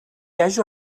haja